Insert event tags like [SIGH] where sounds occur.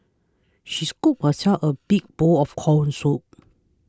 she scooped herself a big bowl of Corn Soup [NOISE]